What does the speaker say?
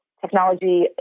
technology